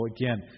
again